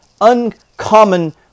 uncommon